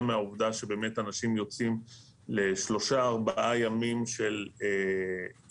מהעובדה שבאמת אנשים יוצאים לשלושה-ארבעה ימים של התקהלות,